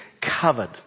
covered